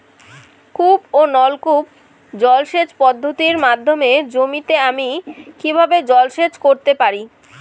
কূপ ও নলকূপ জলসেচ পদ্ধতির মাধ্যমে জমিতে আমি কীভাবে জলসেচ করতে পারি?